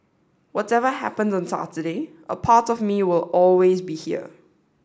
whatever happens on Saturday a part of me will always be here